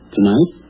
Tonight